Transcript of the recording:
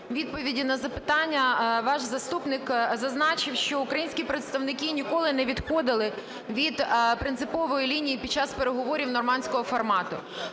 відповіді на запитання ваш заступник зазначив, що українські представники ніколи не відходили від принципової лінії під час переговорів нормандського формату.